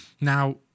now